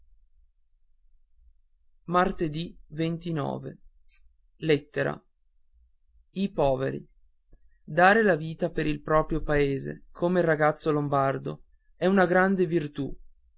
lombardia i poveri ad are la vita per il proprio paese come il ragazzo lombardo è una grande virtù